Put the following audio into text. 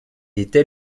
était